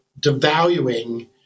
devaluing